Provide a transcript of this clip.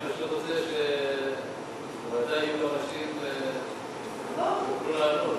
אני פשוט רוצה שבוועדה יהיו גם אנשים שיוכלו לענות.